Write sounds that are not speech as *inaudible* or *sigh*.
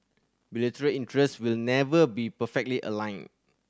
*unintelligible* interest will never be perfectly aligned